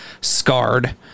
scarred